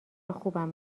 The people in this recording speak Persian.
خوبم